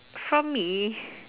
from me